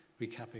recapping